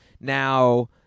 Now